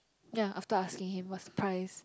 ya after asking him what's price